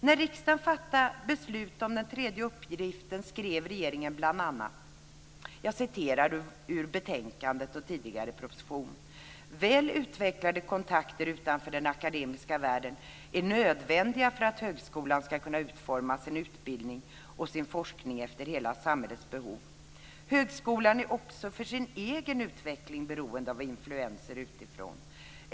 När riksdagen fattade beslut om den tredje uppgiften skrev regeringen bl.a. följande - jag läser ur betänkandet och tidigare proposition: Väl utvecklade kontakter utanför den akademiska världen är nödvändiga för att högskolan ska kunna utforma sin utbildning och sin forskning efter hela samhällets behov. Högskolan är också för sin egen utveckling beroende av influenser utifrån.